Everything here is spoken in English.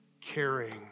caring